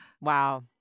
Wow